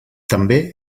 també